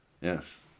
yes